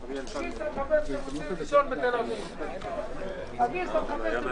בשעה 12:35.